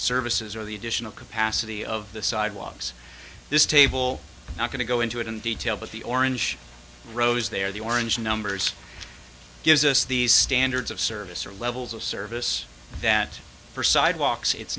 services or the additional capacity of the sidewalks this table not going to go into it in detail but the orange rows there the orange numbers gives us these standards of service or levels of service that for sidewalks it's